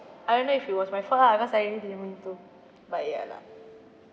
I don't know if it was my fault lah because I really didn't mean to but ya lah